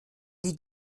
die